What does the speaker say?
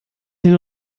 hin